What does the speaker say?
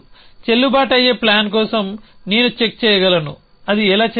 చెల్లుబాటు అయ్యే ప్లాన్ కోసం నేను చెక్ చేయగలను అది ఎలా చేయాలి